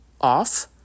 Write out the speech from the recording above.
off